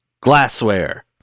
glassware